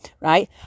right